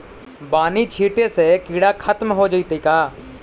बानि छिटे से किड़ा खत्म हो जितै का?